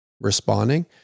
responding